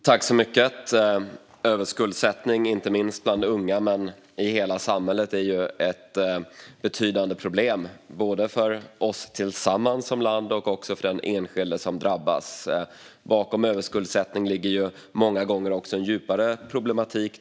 Herr talman! Överskuldsättning, inte bara bland unga utan i hela samhället, är ett betydande problem. Det gäller både oss som land och den enskilde som drabbas. Bakom överskuldsättning ligger många gånger också en djupare problematik.